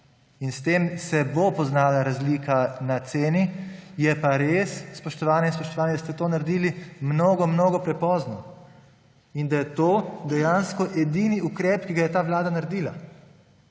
in s tem se bo poznala razlika na ceni. Je pa res, spoštovane in spoštovani, da ste to naredili mnogo, mnogo prepozno, in da je to dejansko edini ukrep, ki ga je ta vlada naredila.